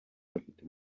bafite